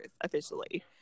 officially